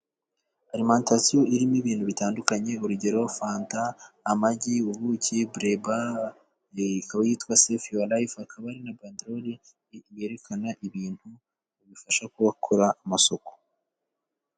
Alimantasiyo irimo ibintu bitandukanye. Urugero fanta, amagi, ubuki, buleba, ikaba yitwa Seyivi yuwa rayifu, hakaba hari na bandeloli yerekana ibintu bifasha kuhakora isuku.